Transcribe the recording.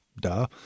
duh